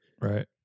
right